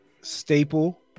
staple